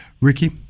Ricky